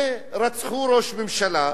ורצחו ראש ממשלה,